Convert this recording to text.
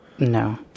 No